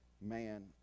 man